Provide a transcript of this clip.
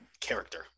character